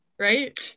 right